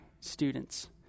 students